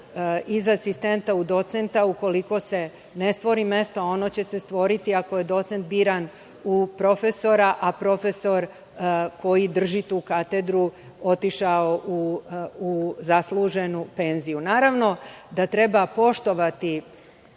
iz asistenta u docenta, ukoliko se ne stvori mesto, ono će se stvoriti ako je docent biran u profesora, a profesor koji drži tu katedru je otišao u penziju. Naravno da treba poštovati